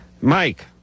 Mike